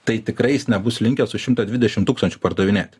tai tikrai jis nebus linkęs už šimtą dvidešim tūkstančių pardavinėt